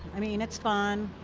i mean, its fun.